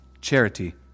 charity